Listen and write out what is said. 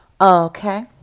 okay